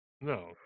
No